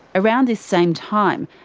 around this same time,